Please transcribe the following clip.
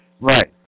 Right